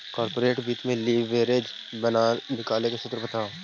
corporate वित्त में leverage निकाले के सूत्र बताओ